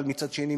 אבל מצד שני,